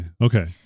Okay